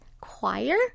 choir